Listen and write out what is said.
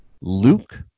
Luke